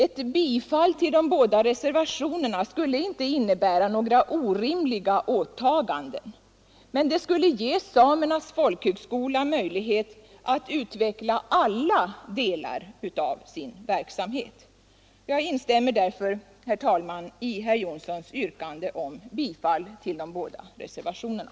Ett bifall till de båda reservationerna skulle inte innebära några orimliga åtaganden, men det skulle ge Samernas folkhögskola möjlighet att utveckla alla delar av sin verksamhet. Jag instämmer därför, herr talman, i herr Jonssons yrkande om bifall till de båda reservationerna.